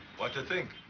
what do you think?